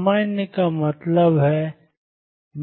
सामान्य का मतलब है और